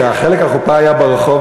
שחלק מהחופה היה ברחוב,